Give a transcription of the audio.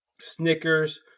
Snickers